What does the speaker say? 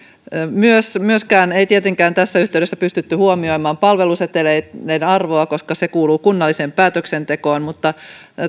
myöskään ei tietenkään tässä yhteydessä pystytty huomioimaan palveluseteleiden arvoa koska se kuuluu kunnalliseen päätöksentekoon mutta